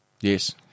Yes